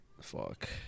Fuck